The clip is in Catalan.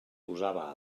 posava